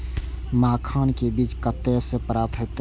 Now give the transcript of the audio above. मखान के बीज कते से प्राप्त हैते?